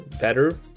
better